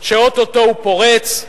שאו-טו-טו הוא פורץ,